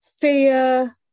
fear